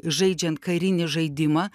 žaidžiant karinį žaidimą